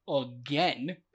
again